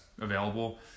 available